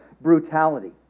brutality